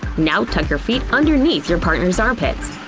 now tuck your feet underneath your partner's armpits.